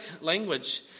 language